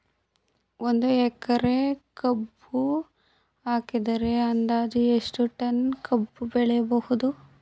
ಒಂದು ಎಕರೆ ಕಬ್ಬು ಹಾಕಿದರೆ ಅಂದಾಜು ಎಷ್ಟು ಟನ್ ಕಬ್ಬು ಬೆಳೆಯಬಹುದು?